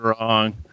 wrong